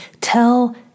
Tell